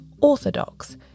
orthodox